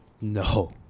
No